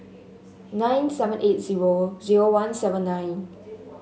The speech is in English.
nine seven eight zero zero one seven nine